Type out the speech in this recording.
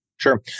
Sure